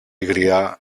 γριά